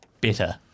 better